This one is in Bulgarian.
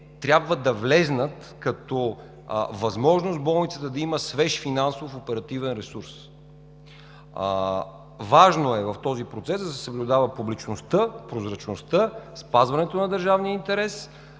трябва да влязат като възможност болницата да има свеж финансов оперативен ресурс. Важно е в този процес да се съблюдават публичността, прозрачността, спазването на държавния интерес